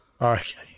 okay